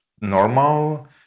normal